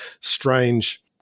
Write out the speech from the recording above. strange